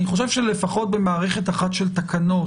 אני חושב שלפחות במערכת אחת של תקנות,